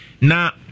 Now